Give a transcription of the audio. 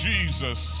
Jesus